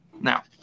Now